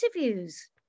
interviews